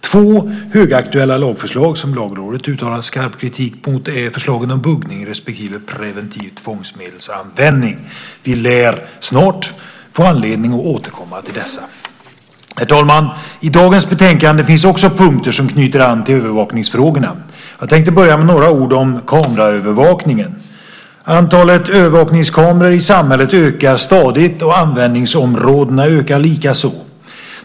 Två högaktuella lagförslag som Lagrådet uttalat skarp kritik mot är förslagen om buggning respektive preventiv tvångsmedelsanvändning. Vi lär snart få anledning att återkomma till dessa. Herr talman! I dagens betänkande finns också punkter som knyter an till övervakningsfrågorna. Jag tänkte börja med några ord om kameraövervakningen. Antalet övervakningskameror i samhället ökar stadigt, och användningsområdena ökar likaså.